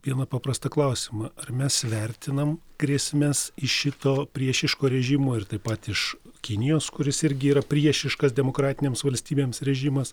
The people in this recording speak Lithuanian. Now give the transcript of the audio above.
vieną paprastą klausimą ar mes vertinam grėsmes iš šito priešiško režimo ir taip pat iš kinijos kuris irgi yra priešiškas demokratinėms valstybėms režimas